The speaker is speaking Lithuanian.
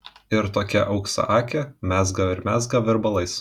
ir tokia auksaakė mezga ir mezga virbalais